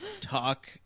talk